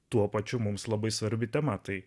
tuo pačiu mums labai svarbi tema tai